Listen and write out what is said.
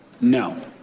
No